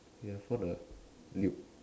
ya for the Luke